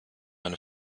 eine